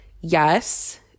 yes